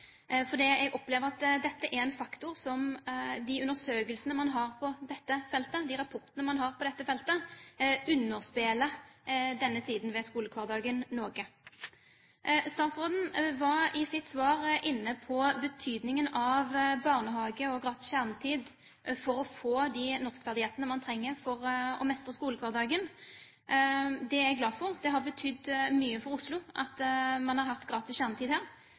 Jeg opplever at de undersøkelsene og rapportene man har på dette feltet, underspiller denne siden ved skolehverdagen noe. Statsråden var i sitt svar inne på betydningen av barnehage og gratis kjernetid for å få de norskferdighetene man trenger for å mestre skolehverdagen. Det er jeg glad for. Det har betydd mye for Oslo at man har hatt gratis kjernetid.